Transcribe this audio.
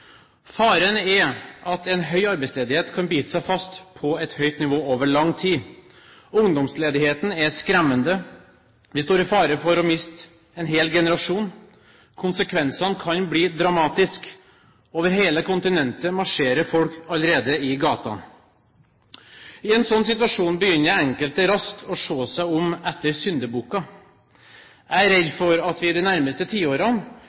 Faren er at arbeidsledigheten kan bite seg fast på et høyt nivå over lang tid. Ungdomsledigheten er skremmende. Vi står i fare for å miste en hel generasjon. Konsekvensene kan bli dramatiske. Over hele kontinentet marsjerer folk allerede i gatene. I en sånn situasjon begynner enkelte raskt å se seg om etter syndebukker. Jeg er redd for at vi de nærmeste tiårene